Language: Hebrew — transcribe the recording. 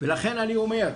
לכן אני אומר,